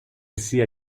sia